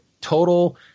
total –